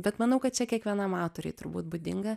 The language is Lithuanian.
bet manau kad čia kiekvienam autoriui turbūt būdinga